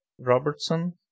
Robertson